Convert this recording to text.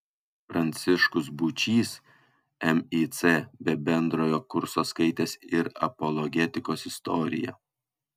pranciškus būčys mic be bendrojo kurso skaitęs ir apologetikos istoriją